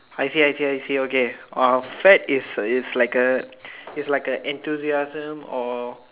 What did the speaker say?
I see I see I see okay uh fad is is like a is like a enthusiasm or